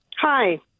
Hi